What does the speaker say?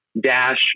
dash